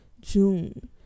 June